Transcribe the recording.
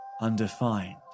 undefined